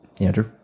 Andrew